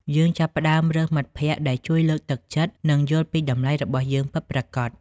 យើងចាប់ផ្តើមរើសមិត្តភក្តិដែលជួយលើកទឹកចិត្ត និងយល់ពីតម្លៃរបស់យើងពិតប្រាកដ។